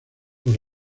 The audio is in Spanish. los